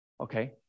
Okay